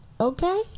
okay